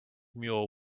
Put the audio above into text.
mule